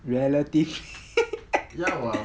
relative